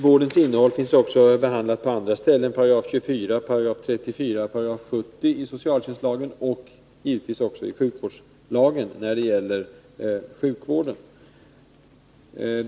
Vårdens innehåll finns också behandlat på andra ställen, t.ex. i 24, 34 och 70 §§ i socialtjänstlagen och givetvis även i sjukvårdslagen när det gäller sjukvården.